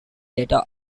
data